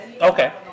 Okay